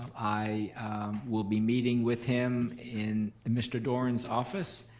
i will be meeting with him in mr. doran's office.